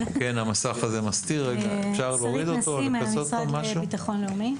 שרית נשיא מהמשרד לביטחון לאומי.